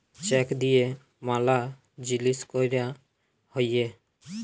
check দিয়া ম্যালা জিলিস ক্যরা হ্যয়ে